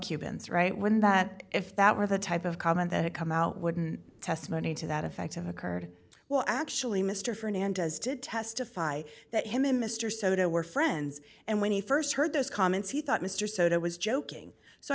cubans right when that if that were the type of comment that had come out wouldn't testimony to that effect have occurred well actually mr fernandez did testify that him and mr soda were friends and when he st heard those comments he thought mr soda was joking so